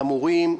למורים,